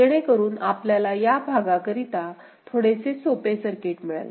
जेणेकरून आपल्याला या भागाकरिता थोडेसे सोपे सर्किट मिळेल